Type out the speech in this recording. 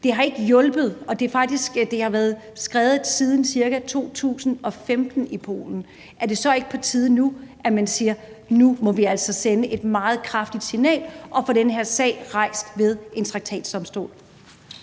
Det har ikke hjulpet, og det er skredet siden ca. 2015 i Polen. Er det så ikke på tide nu, at man siger: Nu må vi altså sende et meget kraftigt signal og få den her sag rejst ved en traktatsdomstol?